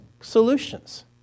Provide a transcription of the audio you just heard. solutions